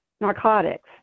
narcotics